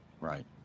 right